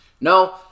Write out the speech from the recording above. No